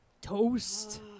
toast